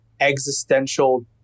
existential